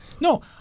No